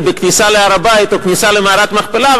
בכניסה להר-הבית או בכניסה למערת המכפלה,